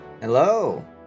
Hello